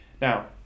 now